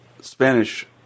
Spanish